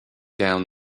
down